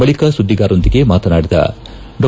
ಬಳಕ ಸುದ್ದಿಗಾರರೊಂದಿಗೆ ಮಾತನಡಿದ ಡಾ